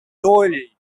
долей